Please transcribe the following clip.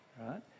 right